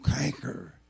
canker